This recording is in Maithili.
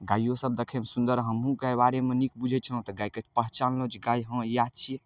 गाइयो सब देखयमे सुन्दर हमहुँ गाय बारेमे नीक बुझय छलहुँ तऽ गायके पहचानलहुँ जे गाय हँ इएह छियै